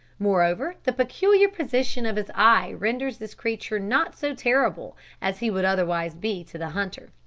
moreover, the peculiar position of his eye renders this creature not so terrible as he would otherwise be to the hunter.